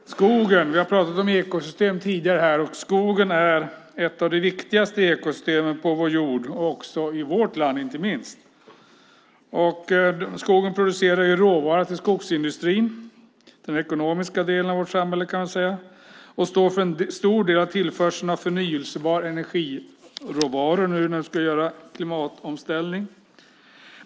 Vi har tidigare pratat om ekosystem, och skogen är ett av de viktigaste ekosystemen på vår jord - inte minst i vårt land. Skogen producerar råvara till skogsindustrin - den ekonomiska delen av vårt samhälle - och står för en stor del av tillförseln av förnybara energiråvaror nu när vi ska göra en klimatomställning.